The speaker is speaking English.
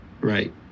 right